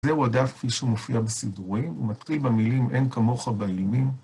זהו הדף כפי שהוא מופיע בסדורים, הוא מתחיל במילים אין כמוך באילים